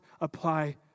apply